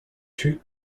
two